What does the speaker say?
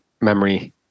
memory